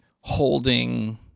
holding